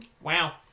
Wow